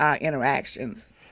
interactions